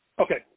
Okay